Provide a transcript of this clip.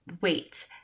wait